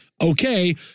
okay